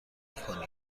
کنی